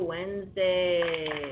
Wednesday